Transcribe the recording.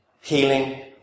Healing